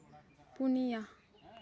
ᱯᱩᱱᱤᱭᱟ